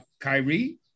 Kyrie